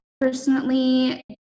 personally